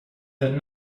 that